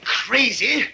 crazy